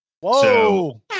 Whoa